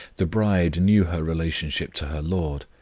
the bride knew her relationship to her lord,